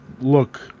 look